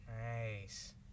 Nice